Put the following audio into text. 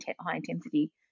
high-intensity